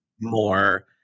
more